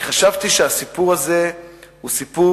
כי חשבתי שהסיפור הזה מייצג